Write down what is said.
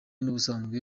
n’ubusanzwe